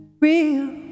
real